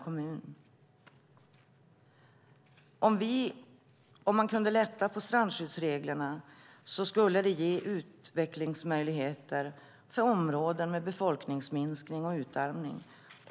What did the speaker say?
Om man lättade på strandskyddsreglerna skulle det ge utvecklingsmöjligheter för områden med befolkningsminskning och utarmning.